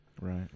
Right